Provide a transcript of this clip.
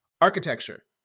Architecture